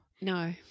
No